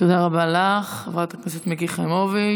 תודה רבה לך, חברת הכנסת מיקי חיימוביץ'.